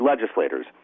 legislators